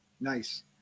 Nice